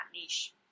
niche